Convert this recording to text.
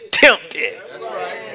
tempted